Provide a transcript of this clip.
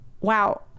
wow